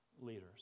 leaders